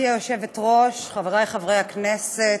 היושבת-ראש, חברי חברי הכנסת,